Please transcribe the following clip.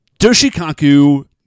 Doshikaku